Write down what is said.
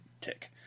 tick